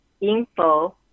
info